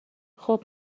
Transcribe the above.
خوب